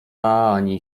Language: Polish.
ani